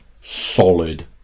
solid